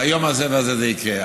ביום הזה והזה זה יקרה.